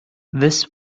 this